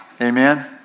Amen